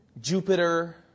Jupiter